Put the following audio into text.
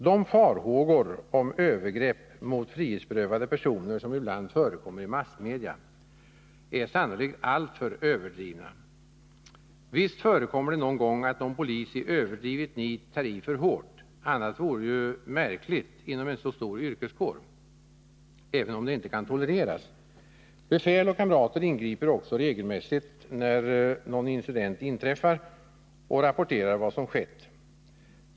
De farhågor om övergrepp mot frihetsberövade personer som ibland förekommer i massmedia är sannolikt i hög grad överdrivna. Visst förekommer det någon gång att en polis i överdrivet nit tar i för hårt. Annat vore väl märkligt inom en så stor yrkeskår, även om sådana företeelser inte kan tolereras. Befäl och kamrater ingriper också regelmässigt när någon incident inträffar och rapporterar vad som skett.